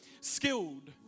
skilled